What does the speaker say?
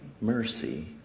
mercy